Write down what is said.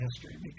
history